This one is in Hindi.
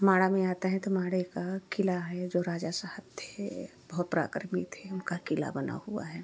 माड़ा में आते हैं तो माड़े का किला है जो राजा साहब थे बहुत पराक्रमी थे उनका किला बना हुआ है